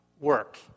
work